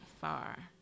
far